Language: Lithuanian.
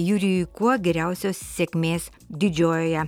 jurijui kuo geriausios sėkmės didžiojoje